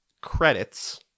credits